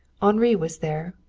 henri was there,